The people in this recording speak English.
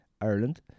Ireland